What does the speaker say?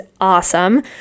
awesome